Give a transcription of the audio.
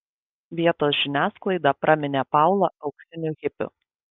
vietos žiniasklaida praminė paulą auksiniu hipiu